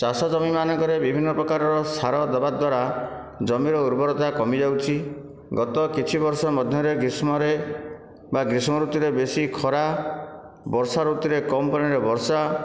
ଚାଷ ଜମି ମାନଙ୍କରେ ବିଭିନ୍ନ ପ୍ରକାରର ସାର ଦେବା ଦ୍ୱାରା ଜମିର ଉର୍ବରତା କମି ଯାଉଛି ଗତ କିଛି ବର୍ଷ ମଧ୍ୟରେ ଗ୍ରୀଷ୍ମରେ ବା ଗ୍ରୀଷ୍ମ ଋତୁରେ ବେଶୀ ଖରା ବର୍ଷା ଋତୁରେ କମ ପରିମାଣରେ ବର୍ଷା